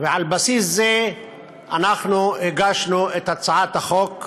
בסיס זה אנחנו הגשנו את הצעת החוק,